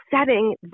setting